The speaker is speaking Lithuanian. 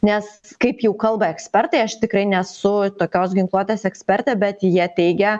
nes kaip jau kalba ekspertai aš tikrai nesu tokios ginkluotės ekspertė bet jie teigia